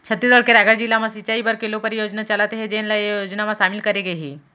छत्तीसगढ़ के रायगढ़ जिला म सिंचई बर केलो परियोजना चलत हे जेन ल ए योजना म सामिल करे गे हे